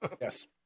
yes